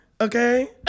okay